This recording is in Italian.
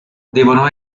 devono